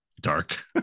Dark